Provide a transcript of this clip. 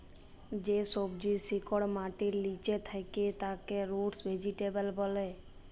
যে সবজির শিকড় মাটির লিচে থাক্যে তাকে রুট ভেজিটেবল ব্যলে